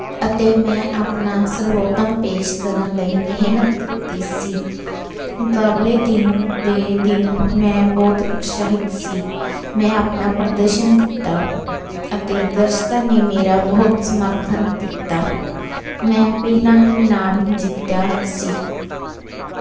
ਅਤੇ ਮੈਂ ਆਪਣਾ ਸਰਬੋਤਮ ਪੇਸ਼ ਕਰਨ ਲਈ ਮਿਹਨਤ ਕੀਤੀ ਸੀ ਮੁਕਾਬਲੇ ਦਿਨ ਦੇ ਦਿਨ ਮੈਂ ਬਹੁਤ ਉਤਸ਼ਾਹਿਤ ਸੀ ਮੈਂ ਆਪਣਾ ਪ੍ਰਦਰਸ਼ਨ ਦਿੱਤਾ ਅਤੇ ਦਰਸ਼ਕਾਂ ਨੇ ਮੇਰਾ ਬਹੁਤ ਸਮਰਥਨ ਦਿੱਤਾ ਮੈਂ ਪਹਿਲਾ ਇਨਾਮ ਜਿੱਤਿਆ ਸੀ